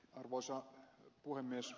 arvoisa puhemies